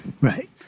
right